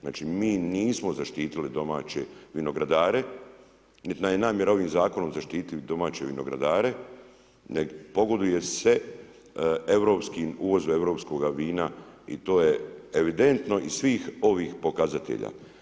Znači mi nismo zaštitili domaće vinogradare niti nam je namjera ovim zakonom zaštititi domaće vinogradare nego pogoduje se europskim, uvozu europskoga vina i to je evidentno iz svih ovih pokazatelja.